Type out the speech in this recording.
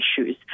issues